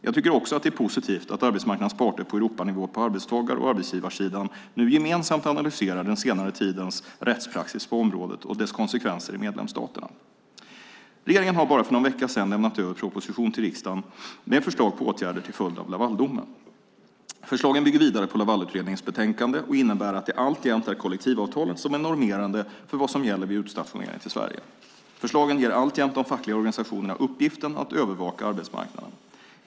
Jag tycker också att det är positivt att arbetsmarknadens parter på Europanivå på arbetstagar och arbetsgivarsidan nu gemensamt analyserar den senare tidens rättspraxis på området och dess konsekvenser i medlemsstaterna. Regeringen har för bara någon vecka sedan lämnat över en proposition till riksdagen med förslag på åtgärder till följd av Lavaldomen. Förslagen bygger vidare på Lavalutredningens betänkande och innebär att det alltjämt är kollektivavtalen som är normerande för vad som gäller vid utstationering till Sverige. Förslagen ger alltjämt de fackliga organisationerna uppgiften att övervaka arbetsmarknaden.